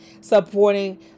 supporting